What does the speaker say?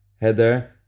header